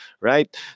right